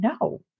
no